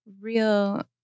real